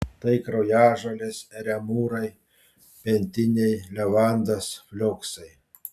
tai kraujažolės eremūrai pentiniai levandos flioksai